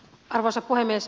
arvoisa puhemies